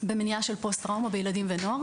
במניעה של פוסט-טראומה בילדים ונוער.